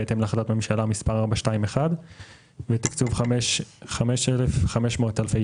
בהתאם להחלטת ממשלה מס' 421. תקצוב 5,500 אלפי